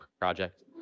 project